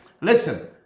Listen